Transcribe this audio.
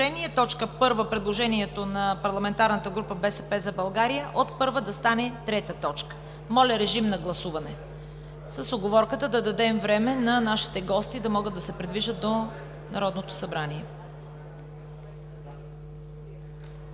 предложението на парламентарната група на „БСП за България“, да стане трета точка. Моля, гласувайте, с уговорката да дадем време на нашите гости да могат да се придвижат до Народното събрание.